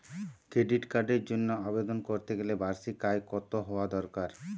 Credit কার্ডের জন্য আবেদন করতে গেলে বার্ষিক আয় কত হওয়া দরকার?